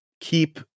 keep